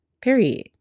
period